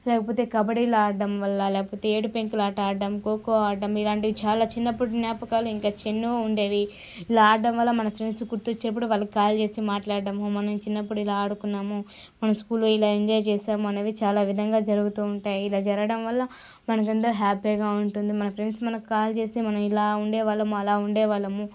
లేకపోతే కబడిలు ఆడడం వల్ల లేకపోతే ఏడు పెంకులాట ఆడడం ఖోఖో ఆడడం ఇలాంటివి చాలా చిన్నప్పుడు జ్ఞాపకాలు ఇంకా ఎన్నో ఉండేవి ఇలా ఆడడం వల్ల మన ఫ్రెండ్స్ గుర్తు వచ్చినప్పుడు వాళ్లకి కాల్ చేసి మాట్లాడడం మనం చిన్నప్పుడు ఇలా చిన్నప్పుడు ఇలా ఆడుకున్నాము మన స్కూల్లో ఎలా ఎంజాయ్ చేసాము అనేవి మనము చాలా విధంగా జరుగుతూ ఉంటాయి ఇలా జరగడం వల్ల మనకెంతో హ్యాపీగా ఉంటుంది మన ఫ్రెండ్స్ మనకి కాల్ చేసి మనం ఇలా ఉండే వాళ్ళము అలా ఉండే వాళ్ళము